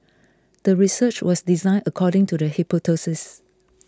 the research was designed according to the hypothesis